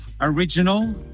original